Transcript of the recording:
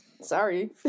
Sorry